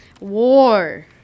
War